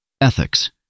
ethics